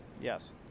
Yes